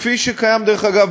כפי שקיים דרך אגב,